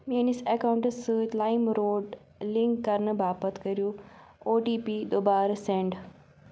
میٲنِس اکاونٹَس سۭتۍ لایِم روڈ لنک کرنہٕ باپتھ کٔرو او ٹی پی دُوبارٕ سیٚنڑ